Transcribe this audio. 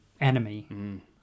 enemy